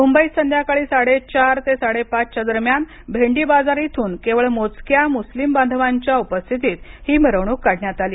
मुंबईत संध्याकाळी साडेचार ते साडेपाचच्या दरम्यान भेंडी बाजार इथून केवळ मोजक्या मुस्लीम बांधवांच्या उपस्थितीत ही मिरवणूक काढण्यात आली